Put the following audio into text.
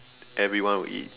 everyone would eat